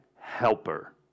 helper